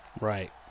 Right